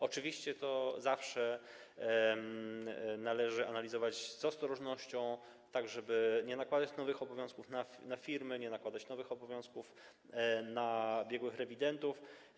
Oczywiście to zawsze należy analizować z ostrożnością, tak żeby nie nakładać nowych obowiązków na firmy, nie nakładać nowych obowiązków na biegłych rewidentów.